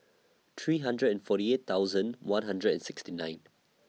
three hundred and forty eight thousand one hundred and sixty nine